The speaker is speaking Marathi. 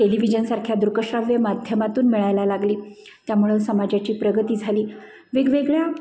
टेलिव्हिजनसारख्या दृकश्राव्य माध्यमातून मिळायला लागली त्यामुळे समाजाची प्रगती झाली वेगवेगळ्या